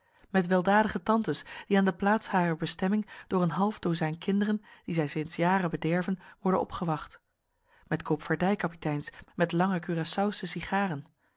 met weldadige tantes die aan de plaats harer bestemming door een half dozijn kinderen die zij sinds jaren bederven worden opgewacht met koopvaardij kapiteins met lange curaçaosche sigaren